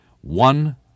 one